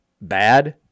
bad